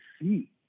see